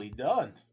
done